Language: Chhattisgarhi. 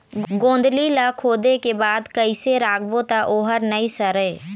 गोंदली ला खोदे के बाद कइसे राखबो त ओहर नई सरे?